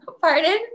Pardon